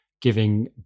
giving